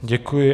Děkuji.